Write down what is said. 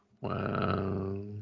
Wow